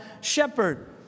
shepherd